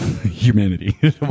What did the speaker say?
Humanity